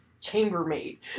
chambermaid